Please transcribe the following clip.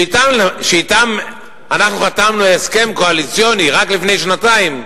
שאתם חתמנו הסכם קואליציוני רק לפני שנתיים.